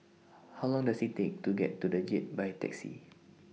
How Long Does IT Take to get to The Jade By Taxi